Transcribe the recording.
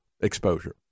exposure